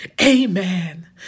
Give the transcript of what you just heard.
Amen